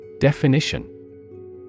Definition